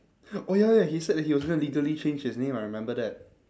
oh ya ya he said that he was gonna legally change his name I remember that